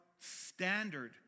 standard